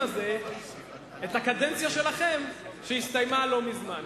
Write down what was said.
הזה את הקדנציה שלכם שהסתיימה לא מזמן,